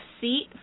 seat